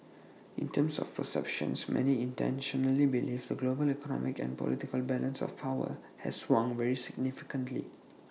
in terms of perceptions many internationally believe the global economic and political balance of power has swung very significantly